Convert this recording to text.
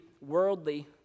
worldly